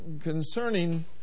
concerning